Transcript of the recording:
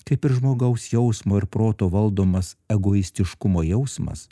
kaip ir žmogaus jausmo ir proto valdomas egoistiškumo jausmas